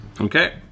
Okay